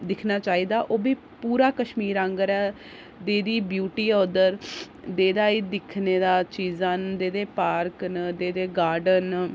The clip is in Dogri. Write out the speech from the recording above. दिक्खना चाहिदा ओह् बी पूरा कश्मीर आंह्गर ऐ नेही नेही ब्यूटी ऐ उद्धर नेही नेही दिक्खने दियां चीजां न नेह् नेह् पार्क न नेह् नेह् गार्डन न